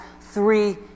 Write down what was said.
three